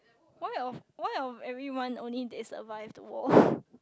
why of why of everyone only they survive the war